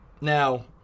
Now